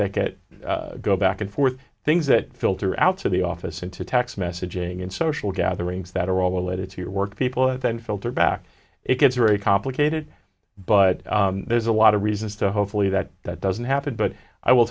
that go back and forth things that filter out to the office into text messaging and social gatherings that are all related to your work people that then filter back it gets very complicated but there's a lot of reasons to hopefully that that doesn't happen but i will